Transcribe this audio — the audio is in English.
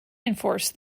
enforce